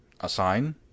assign